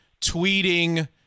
tweeting